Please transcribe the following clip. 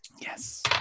Yes